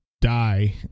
die